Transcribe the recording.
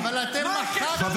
מה הקשר לארץ ישראל?